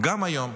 גם היום,